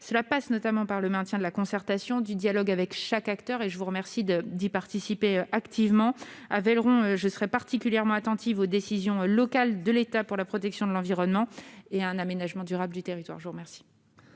Cela passe notamment par le maintien de la concertation et du dialogue avec chaque acteur. Je vous remercie, monsieur le sénateur, d'y participer activement. À Velleron, je serai particulièrement attentive aux décisions locales de l'État en faveur de la protection de l'environnement et d'un aménagement durable du territoire. La parole